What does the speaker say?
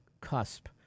cusp